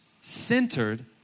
centered